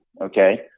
Okay